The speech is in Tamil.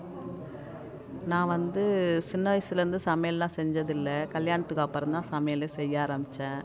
நான் வந்து சின்ன வயசிலேருந்து சமையெல்லாம் செஞ்சது இல்லை கல்யாணத்துக்கு அப்புறம் தான் சமையல் செய்ய ஆரமித்தேன்